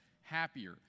happier